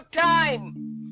time